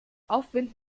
aufwind